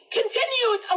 continued